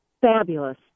fabulous